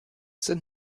sind